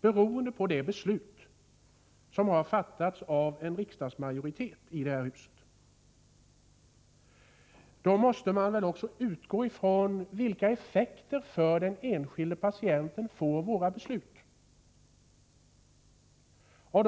beroende på det beslut som har fattats av en majoritet i det här huset. Nog måste man väl utgå från vilka effekter för den enskilda patienten våra beslut får?